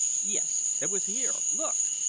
yes. it was here. look!